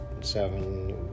seven